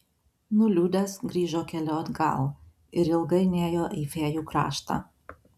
nuliūdęs grįžo keliu atgal ir ilgai nėjo į fėjų kraštą